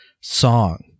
song